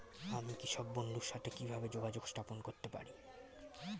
আমি কৃষক বন্ধুর সাথে কিভাবে যোগাযোগ স্থাপন করতে পারি?